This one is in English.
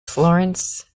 florence